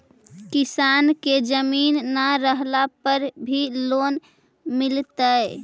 किसान के जमीन न रहला पर भी लोन मिलतइ?